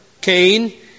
Cain